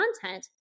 content